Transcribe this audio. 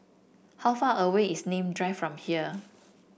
how far away is Nim Drive from here